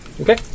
Okay